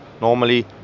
normally